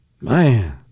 Man